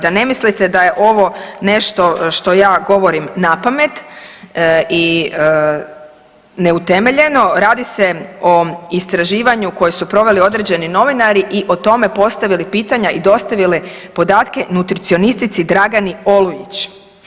Da mislite da je ovo nešto što ja govorim napamet i neutemeljeno, radi se o istraživanju koje su proveli određeni novinari i o tome postavili pitanja i dostavili podatke nutricionistici Dragani Olujić.